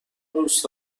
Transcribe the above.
دوست